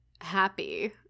happy